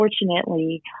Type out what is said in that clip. unfortunately